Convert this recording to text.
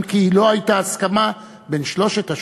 כי לא הייתה הסכמה בין שלושת השופטים.